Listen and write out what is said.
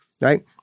right